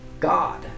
god